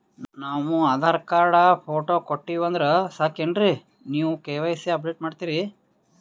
ನಾವು Aadhaar card, photo ಕೊಟ್ಟೀವಂದ್ರ ಸಾಕೇನ್ರಿ ನೀವ ಕೆ.ವೈ.ಸಿ ಅಪಡೇಟ ಮಾಡ್ತೀರಿ?